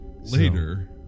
later